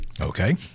Okay